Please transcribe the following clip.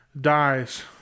dies